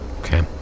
Okay